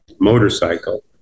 motorcycle